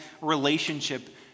relationship